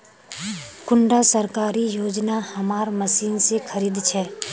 कुंडा सरकारी योजना हमार मशीन से खरीद छै?